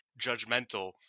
judgmental